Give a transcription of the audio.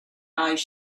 eyes